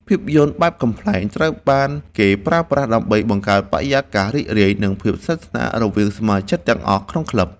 ភាពយន្តបែបកំប្លែង ត្រូវបានគេប្រើប្រាស់ដើម្បីបង្កើតបរិយាកាសរីករាយ និងភាពស្និទ្ធស្នាលរវាងសមាជិកទាំងអស់ក្នុងក្លឹប។